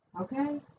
okay